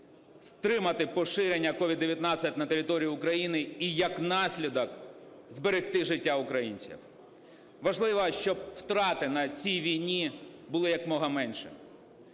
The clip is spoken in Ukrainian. стримати поширення COVID-19 на території України і, як наслідок – зберегти життя українців. Важливо, щоб втрати на цій війні були якомога меншими.